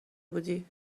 بودی